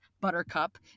buttercup